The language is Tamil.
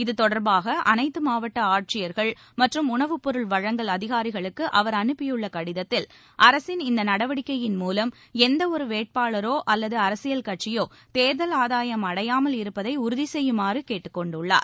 இத்தொடர்பாக அனைத்து மாவட்ட ஆட்சியர்கள் மற்றும் உணவுப் பொருள் வழங்கல் அதிகாரிகளுக்கு அவர் அனுப்பியுள்ள கடிதத்தில் அரசின் இந்த நடவடிக்கையின் மூலம் எந்த ஒரு வேட்பாளரோ அல்லது அரசியல் கட்சியோ தேர்தல் ஆதாயம் அடையாமல் இருப்பதை உறுதி செய்யுமாறு கேட்டுக் கொண்டுள்ளார்